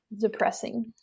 depressing